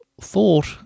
thought